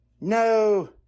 No